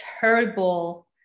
terrible